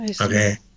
okay